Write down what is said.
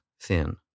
thin